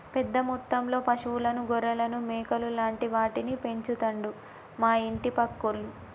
పెద్ద మొత్తంలో పశువులను గొర్రెలను మేకలు లాంటి వాటిని పెంచుతండు మా ఇంటి పక్కోళ్లు